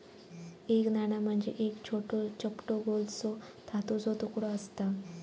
एक नाणा म्हणजे एक छोटो, चपटो गोलसो धातूचो तुकडो आसता